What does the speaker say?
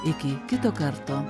iki kito karto